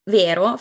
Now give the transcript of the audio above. vero